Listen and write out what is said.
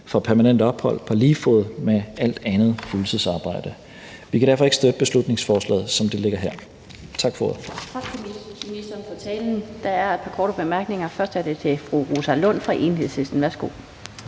for permanent ophold på lige fod med alt andet fuldtidsarbejde. Vi kan derfor ikke støtte beslutningsforslaget, som det ligger her. Tak for